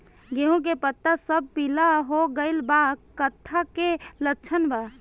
गेहूं के पता सब पीला हो गइल बा कट्ठा के लक्षण बा?